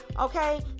Okay